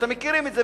אתם מכירים את זה,